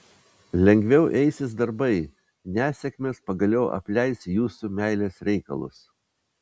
lengviau eisis darbai nesėkmės pagaliau apleis jūsų meilės reikalus